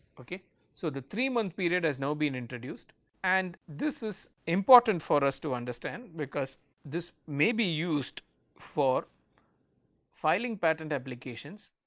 so, the three month period has now been introduced and this is important for us to understand because this may be used for filing patent applications